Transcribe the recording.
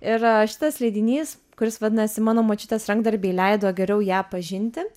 ir šitas leidinys kuris vadinasi mano močiutės rankdarbiai leido geriau ją pažinti